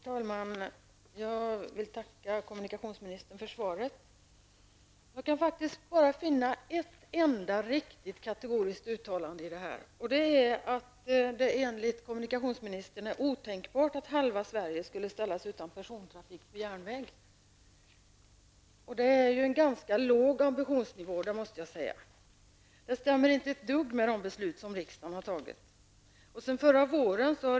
Herr talman! Jag vill tacka kommunikationsministern för svaret. Jag kan faktiskt bara finna ett enda riktigt kategoriskt uttalande i detta, nämligen att det enligt kommunikationsministern är otänkbart att halva Detta är en ganska låg ambitionsnivå. Det stämmer inte ett dugg med de beslut som riksdagen har fattat.